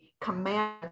command